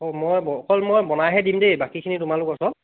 অঁ মই অকল মই বনাইহে দিম দেই বাকীখিনি তোমালোকৰ সব